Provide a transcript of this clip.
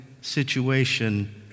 situation